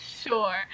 Sure